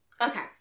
Okay